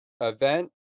event